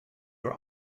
are